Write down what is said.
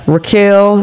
Raquel